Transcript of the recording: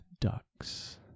ducks